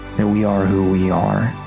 that we are who we are,